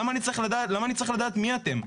למה אני צריך לדעת מי אתם?